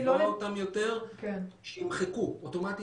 לא יכולים לתבוע אותם יותר שימחקו אוטומטית